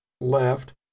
left